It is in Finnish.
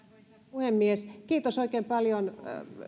puhemies kiitos oikein paljon